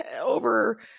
over